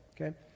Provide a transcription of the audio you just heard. okay